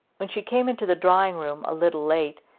when she came into the drawing-room, a little late,